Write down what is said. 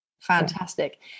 fantastic